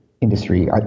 industry